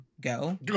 go